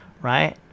right